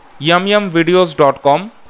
yumyumvideos.com